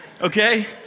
okay